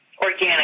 Organic